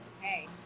hey